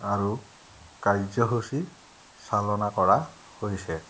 আৰু কাৰ্যসূচী চালনা কৰা হৈছে